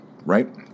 right